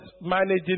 managing